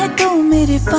ah to meet you.